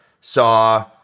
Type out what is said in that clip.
saw